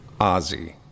Ozzy